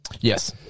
Yes